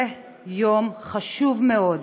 זה יום חשוב מאוד